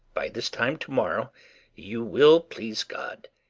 by this time to-morrow you will, please god,